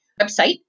website